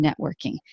networking